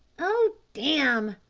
oh, damn!